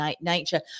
nature